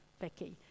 Becky